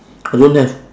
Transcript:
I don't have